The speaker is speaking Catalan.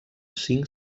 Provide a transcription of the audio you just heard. cinc